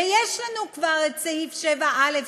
ויש לנו כבר את סעיף 7א,